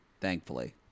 Thankfully